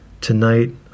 Tonight